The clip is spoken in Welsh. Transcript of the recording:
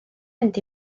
fynd